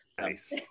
Nice